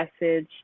message